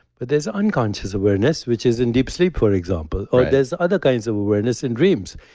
but there's unconscious awareness which is in deep sleep for example. or there's other kinds of awareness in dreams.